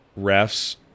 refs